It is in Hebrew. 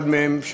אחד מהם,